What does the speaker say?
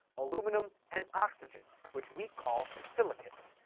aluminum, and oxygen, which we call silicates,